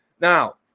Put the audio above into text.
now